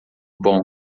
bom